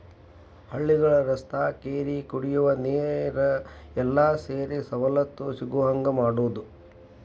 ಹಳ್ಳಿಗಳ ರಸ್ತಾ ಕೆರಿ ಕುಡಿಯುವ ನೇರ ಎಲ್ಲಾ ರೇತಿ ಸವಲತ್ತು ಸಿಗುಹಂಗ ಮಾಡುದ